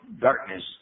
darkness